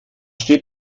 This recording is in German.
steht